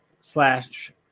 slash